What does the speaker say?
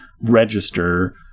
register